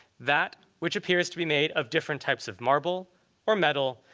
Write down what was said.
that, which appears to be made of different types of marble or metal,